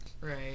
Right